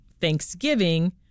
Thanksgiving